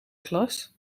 klas